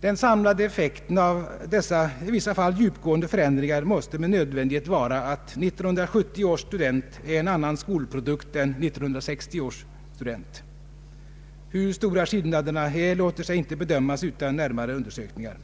Den samlade effekten av dessa i vissa fall djupgående förändringar måste med nödvändighet vara att 1970 års student är en annan ”skolprodukt” än 1960 års student. Hur stora skillnaderna är låter sig inte bedömas utan närmare undersökningar.